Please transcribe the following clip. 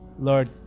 Lord